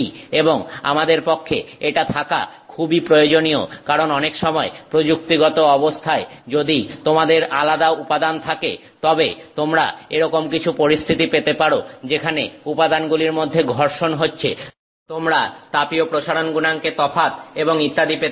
এবং আমাদের পক্ষে এটা থাকা খুবই প্রয়োজনীয় কারণ অনেক সময় প্রযুক্তিগত অবস্থায় যদি তোমাদের আলাদা উপাদান থাকে তবে তোমরা এরকম কিছু পরিস্থিতি পেতে পারো যেখানে উপাদানগুলির মধ্যে ঘর্ষণ হচ্ছে তোমরা তাপীয় প্রসারণ গুনাঙ্কে তফাৎ এবং ইত্যাদি পেতে পারো